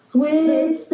Sweet